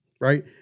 right